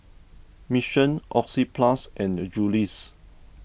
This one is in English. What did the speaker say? Mission Oxyplus and Julie's